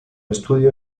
estudio